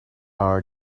are